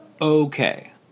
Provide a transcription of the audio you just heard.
okay